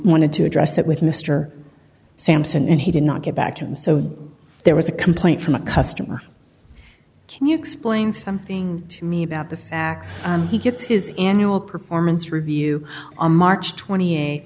wanted to address it with mr sampson and he did not get back to him so there was a complaint from a customer can you explain something to me about the fact he gets his annual performance review on march t